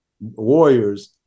warriors